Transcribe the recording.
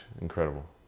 Incredible